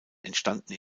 entstanden